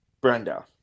brenda